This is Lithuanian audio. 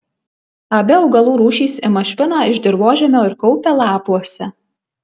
abi augalų rūšys ima šviną iš dirvožemio ir kaupia lapuose